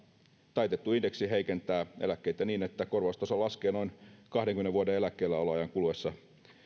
taitettu indeksi heikentää eläkkeitä niin että korvaustaso laskee noin kahdenkymmenen vuoden eläkkeelläoloajan kuluessa